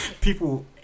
People